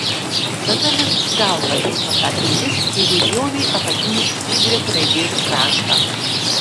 šita dalis galvai pasakė jis ir įpjovė apatinį y raidės kraštą